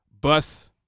bus